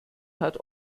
hat